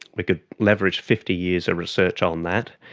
we could leverage fifty years of research on that,